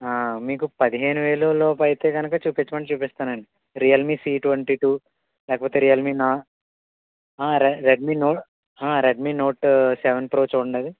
మీకు పదిహేను లోపు అయితే చూపిచ్చమంటే చూపిస్తానండి రియల్మీ సి ట్వంటీ టు లేకపోతే రియల్మీ నా రె Redmi note Redmi note seven pro చూడండది